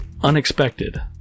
unexpected